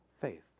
Faith